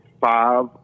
five